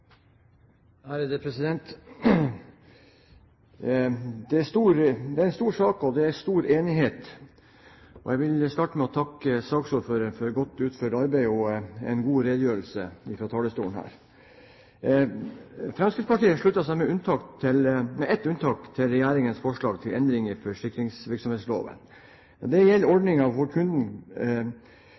en stor sak, og det er stor enighet. Jeg vil starte med å takke saksordføreren for et godt utført arbeid og for en god redegjørelse fra talerstolen. Med ett unntak slutter Fremskrittspartiet seg til regjeringens forslag til endringer i forsikringsvirksomhetsloven. Det gjelder ordninger hvor